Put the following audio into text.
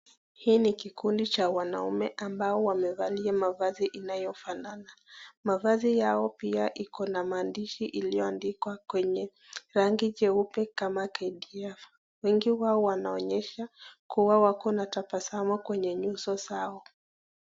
Hii ni kikundi cha wanaume ambao wamevalia mavazi inayofanana, mavazi yao pia iko na maandishi iliyo andikwa kwenye rangi jeupe kama KDF.Wengi wao wanaonyesha kuwa wako na tabasamu kwenye nyuso zao.